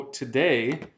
Today